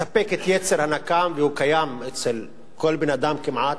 לספק את יצר הנקם, והוא קיים אצל כל בן-אדם כמעט,